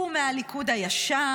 שהוא מהליכוד הישן,